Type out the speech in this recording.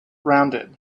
rounded